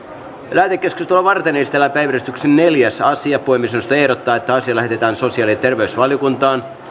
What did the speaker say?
lähetekeskustelua varten esitellään päiväjärjestyksen neljäs asia puhemiesneuvosto ehdottaa että asia lähetetään sosiaali ja terveysvaliokuntaan